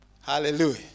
Hallelujah